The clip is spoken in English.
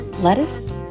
Lettuce